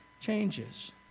changes